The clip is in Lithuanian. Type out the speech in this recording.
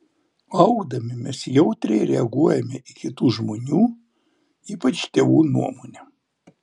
augdami mes jautriai reaguojame į kitų žmonių ypač tėvų nuomonę